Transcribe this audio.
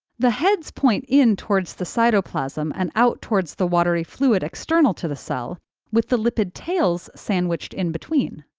the heads point in towards the cytoplasm and out towards the watery fluid external to the cell with the lipid tails sandwiched in between.